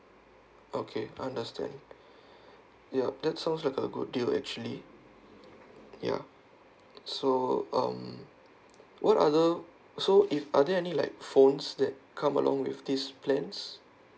okay understand yup that sounds like a good deal actually ya so um what other so if are there any like phones that come along with these plans